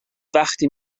وقتی